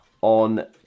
on